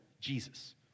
jesus